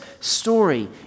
story